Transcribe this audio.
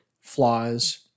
flaws